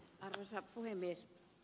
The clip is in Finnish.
arvoisa puhemies